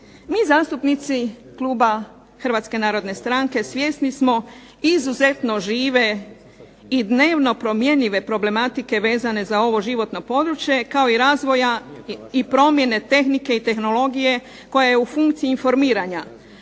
Mi zastupnici kluba Hrvatske narodne stranke svjesni smo izuzetno žive i dnevno promjenjive problematike vezane za ovo životno područje kao i razvoja i promjene tehnike i tehnologije koja je u funkciji informiranja